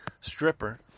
stripper